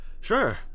Sure